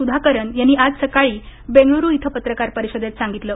सुधाकर यांनी आज सकाळी बंगळूरू इथं पत्रकार परिषदेत सांगितलं